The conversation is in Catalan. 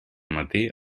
matí